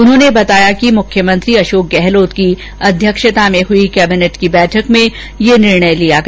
उन्होंने बताया कि मुख्यमंत्री अशोक गहलोत की अध्यक्षता में हुई कैबिनेट बैठक में यह निर्णय लिया गया